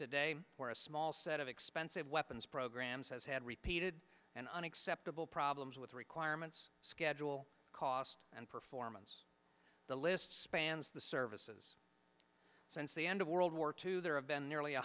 today where a small set of expensive weapons programs has had repeated and unacceptable problems with requirements schedule cost and performance the list spans the services since the end of world war two there have been nearly